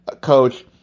coach